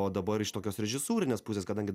o dabar iš tokios režisūrinės pusės kadangi